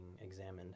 examined